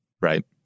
Right